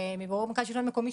מבירור עם מרכז שלטון מקומי,